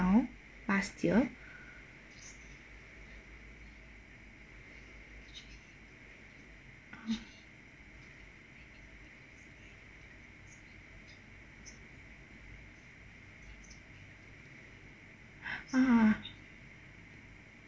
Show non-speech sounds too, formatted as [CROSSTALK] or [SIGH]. past year [BREATH] ah